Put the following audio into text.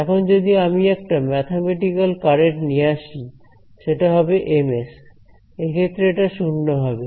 এখন যদি আমি একটা ম্যাথমেটিকাল কারেন্ট নিয়ে আসি সেটা হবে Msএক্ষেত্রে এটা শূন্য হবে